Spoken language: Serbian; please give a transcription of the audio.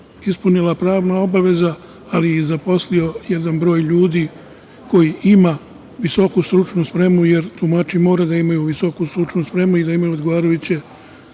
ispunila pravna obaveza, ali i zaposlio jedan broj ljudi koji ima visoku stručnu spremu, jer tumači moraju da imaju visoku stručnu spremu i da imaju odgovarajuće